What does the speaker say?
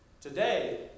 Today